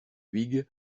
huyghe